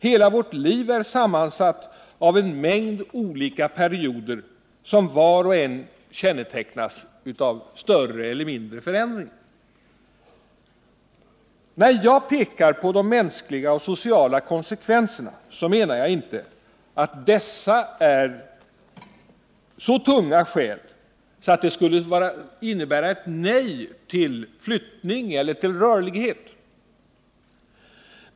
Hela vårt liv är sammansatt av en mängd olika perioder som var och en kännetecknas av större eller mindre förändringar. När jag pekar på de mänskliga och sociala konsekvenserna, menar jag inte att dessa är så tunga skäl att de skulle innebära ett nej till flyttning eller till rörlighet.